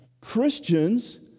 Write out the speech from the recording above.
Christians